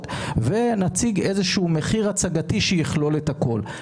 ונציג איזשהו מחיר הצגתי שיכלול את הכול.